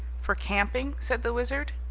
for camping? said the wizard.